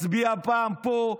מצביע פעם פה,